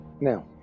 now